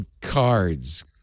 cards